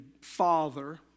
father